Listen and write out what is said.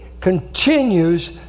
continues